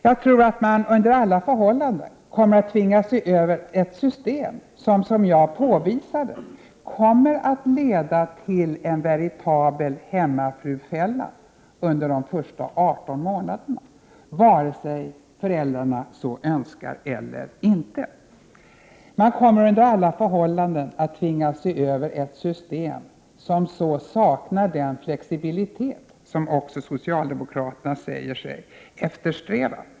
Jag tror att man under alla förhållanden kommer att tvingas se över ett system som, vilket jag påpekade, kommer att leda till en veritabel hemmafrufälla under de första 18 månaderna, vare sig föräldrarna så önskar eller inte. Man kommer under alla förhållanden att tvingas se över ett system, som så saknar den flexibilitet som också socialdemokraterna säger sig eftersträva.